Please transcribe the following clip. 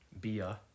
Bia